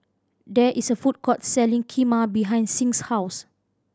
there is a food court selling Kheema behind Sing's house